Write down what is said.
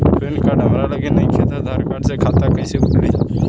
Pan card हमरा लगे नईखे त आधार कार्ड से खाता कैसे खुली?